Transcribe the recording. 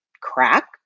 crack